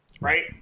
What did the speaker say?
right